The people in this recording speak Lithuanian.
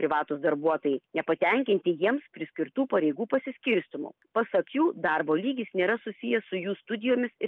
privatūs darbuotojai nepatenkinti jiems priskirtų pareigų pasiskirstymu pasak jų darbo lygis nėra susijęs su jų studijomis ir